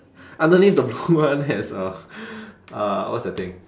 underneath the blue one there's a uh what's that thing